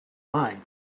line